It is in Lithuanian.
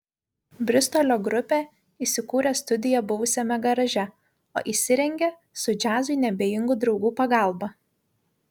bristolio grupė įsikūrė studiją buvusiame garaže o įsirengė su džiazui neabejingų draugų pagalba